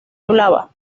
hablaba